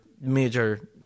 major